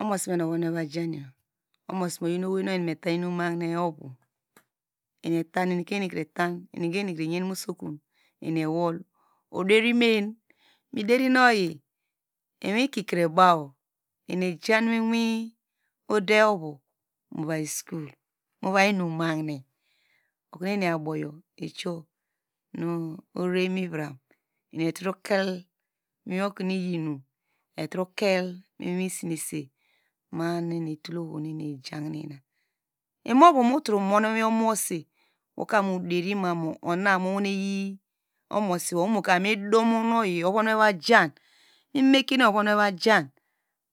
Omosime nu ovon mo vajan vor, omosime oyl owenu oyl nu me ekel mun mehine ovu, eni eta enikre enikre eyen mu usokun ewol, oderin men mideri no yl, miiwin ikikre baw eni ejamu ude ovu mu ovai school, ovai muin mahinem, okonu eni aboyo, esiyo orere imivra enietro kel muiwin okonu iyinum, inietrokel mu iwinsenese ma- a nu oyi tul ohonu enieyl jahine imuvo mutromon mi iwin omomosi nu woka mu deri mamu unu muweye omosi wo mamidomu nuoyl one meme ovon me vajah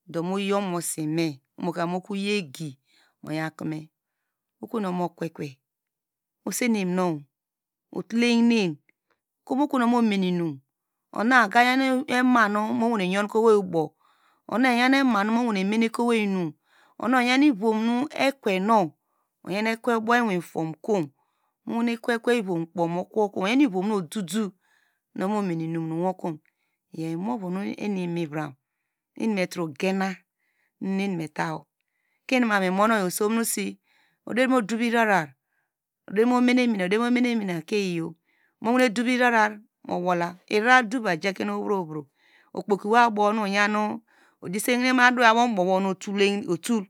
do mo yl omosime omoka mu yawo egi muyakome okovunu ovomo kwe kwe osene nu otolehine, kom okoyo nu ovamu mene inum ona oga yam ema nu muyonke owei ubow una oyan ema numu wane meneke owei inum ona oyan ivom nu mu wakweke ivom kpo, oyan ivom nu ododo muyan nuwoko, enime tro gena nu meta, koinumamu mimo oyl osunusi, oderi mu dov irara oderimumena, oderi momene mine mowene dov irara mowola, irara dova ijukena owevro owevro, okpoki wo abon nu oyan odisi hinem adoyer abom ubowo nu itul